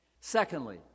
Secondly